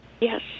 Yes